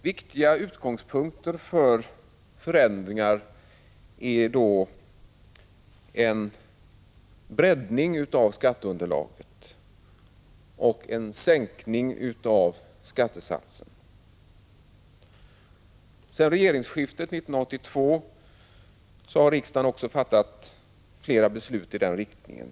Viktiga utgångspunkter för förändringar är en breddning av skatteunderlaget och en sänkning av skattesatserna. Sedan regeringsskiftet 1982 har riksdagen också fattat flera beslut i den riktningen.